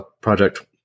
Project